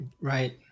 Right